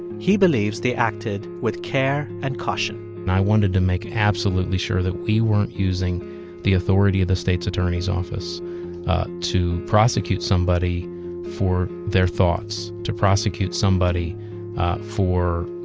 he believes they acted with care and caution and i wanted to make absolutely sure that we weren't using the authority of the state's attorney's office to prosecute somebody for their thoughts, to prosecute somebody for,